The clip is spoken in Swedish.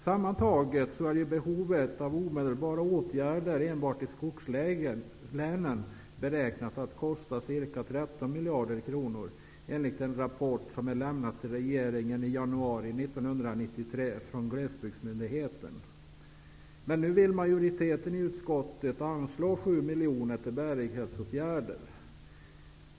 Sammantaget är behovet av omedelbara åtgärder enbart i skogslänen beräknat till ca 13 miljarder kronor enligt en rapport som glesbygdsmyndigheten överlämnade till regeringen i januri 1993. Majoriteten i utskottet vill anslå 7 miljarder till bärighetsåtgärder.